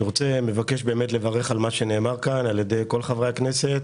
אני מבקש לברך על כל מה שנאמר כאן על-ידי כל חברי הכנסת,